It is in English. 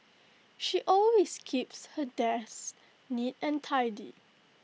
she always keeps her desk neat and tidy